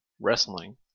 Wrestling